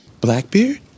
Blackbeard